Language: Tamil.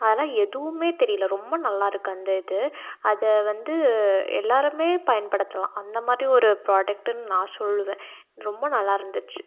அதெல்லாம் எதுவுமே தெரியல ரொம்ப நல்லாயிருக்கு அந்த இது அதை வந்து எல்லாேருமே பயன்படுத்தலாம் அந்த மாதிரி ஒரு ப்ராடெக்டுன்னு நான் சொல்லுவேன் ரொம்ப நல்லாயிருந்துச்சு